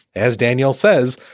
as daniel says,